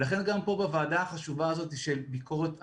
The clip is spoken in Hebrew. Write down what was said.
לכן גם פה בוועדה החשובה הזאת של ביקורת המדינה,